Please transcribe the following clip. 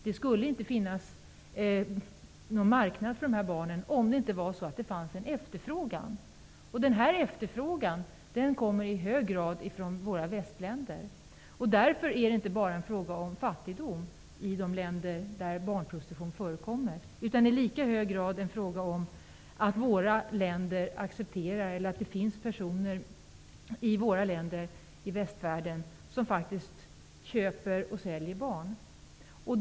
Det skulle inte finnas någon marknad för dessa barn om det inte fanns en efterfrågan. Denna efterfrågan kommer i hög grad från västländerna. Därför är det inte bara en fråga om fattigdomen i de länder där barnprostitution förekommer utan i lika hög grad en fråga om att det finns personer i västvärldens länder som faktiskt köper och säljer barn.